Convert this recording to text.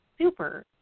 super